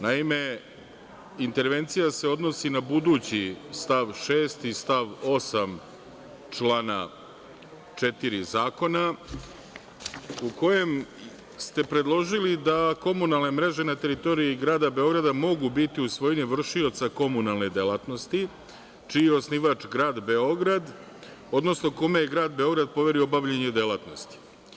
Naime, intervencija se odnosi na budući stav 6. i stav 8. člana 4. zakona u kojem ste predložili da komunalne mreže na teritoriji grada Beograda mogu biti u svojini vršioca komunalne delatnosti, čiji je osnivač grad Beograd, odnosno kome je grad Beograd poverio obavljanje delatnosti.